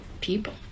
people